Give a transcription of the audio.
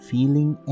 Feeling